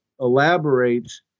elaborates